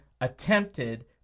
attempted